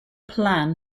plan